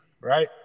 right